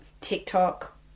TikTok